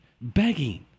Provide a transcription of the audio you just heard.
begging